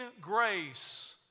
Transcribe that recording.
grace